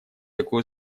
такой